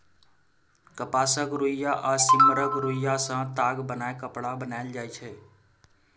कपासक रुइया आ सिम्मरक रूइयाँ सँ ताग बनाए कपड़ा बनाएल जाइ छै